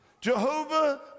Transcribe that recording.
Jehovah